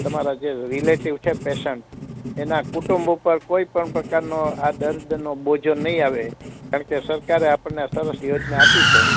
તમારા જે રિલેટિવ છે પેસન્ટ એના કુટુંબ પર કોઇપર પ્રકારનો આ દર્દ નો બોજો નઇ આવે કારણકે સરકાર આપણને સરસ યોજના આપી છે